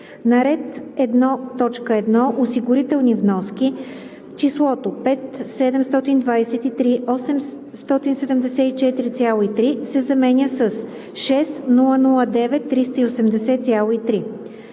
на ред 1.1. „Осигурителни вноски“ числото „5 723 874,3“ се заменя с „6 009 380,3“.